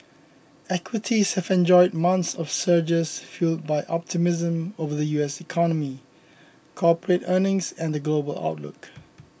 equities have enjoyed months of surges fuelled by optimism over the U S economy corporate earnings and the global outlook